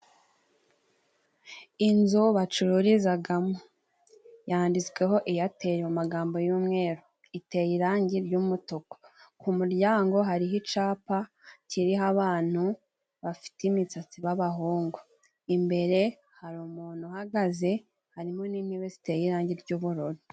Inzu bacururizamo yanditsweho Eyateli mu magambo y'umweru. Iteye irangi ry'umutuku. Ku muryango hariho icyapa kiriho abantu bafite imisatsi b'abahungu. Imbere hari umuntu uhagaze, harimo n'intebe ziteye irangi ry'ubururu.